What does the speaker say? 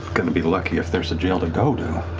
going to be lucky if there's a jail to go to.